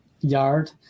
yard